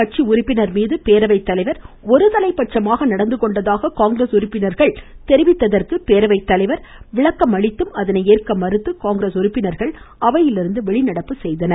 கட்சி உறுப்பினர்மீது பேரவை தலைவர் ஒருதலைபட்சமாக தங்களகு நடந்துகொண்டதாக காங்கிரஸ் உறுப்பினர்கள் தெரிவித்தததற்கு போவை தலைவர் விளக்கம் அளித்தும் அதனை ஏற்க மறுத்து காங்கிரஸ் உறுப்பினர்கள் அவையிலிருந்து வெளிநடப்பு செய்தனர்